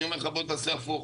אני אומר לך בוא תעשה הפוך,